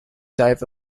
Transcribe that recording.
type